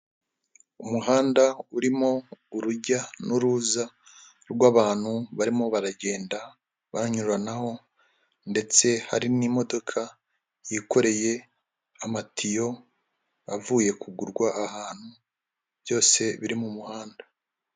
Umuhanda urimo urujya n'uruza rw'abantu barimo baragenda banyuranaho ndetse hari n'imodoka yikoreye amatiyo avuye kugurwa ahantu, byose biri mu muhanda.